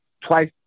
twice